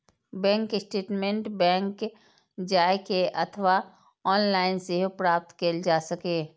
bank statement bank जाए के अथवा ऑनलाइन सेहो प्राप्त कैल जा सकैए